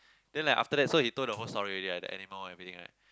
then like after that so he told the whole story there are the animal everything right